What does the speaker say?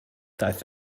daeth